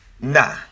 nah